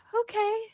okay